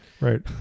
Right